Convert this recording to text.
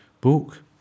Book